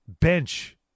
Bench